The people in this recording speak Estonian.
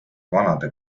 vanade